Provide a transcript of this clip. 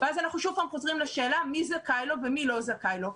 ואז אנחנו שוב פעם חוזרים לשאלה מי זכאי לו ומי לא זכאי לו.